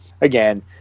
again